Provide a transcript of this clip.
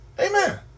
amen